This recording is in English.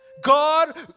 God